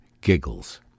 giggles